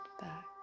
back